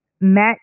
met